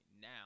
now